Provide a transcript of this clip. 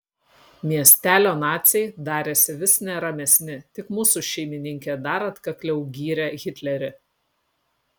miestelio naciai darėsi vis neramesni tik mūsų šeimininkė dar atkakliau gyrė hitlerį